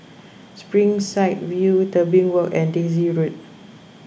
Springside View Tebing Walk and Daisy Road